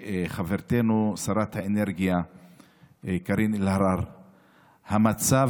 לחברתנו שרת האנרגיה קארין אלהרר שהמצב